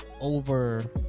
over